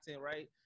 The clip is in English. right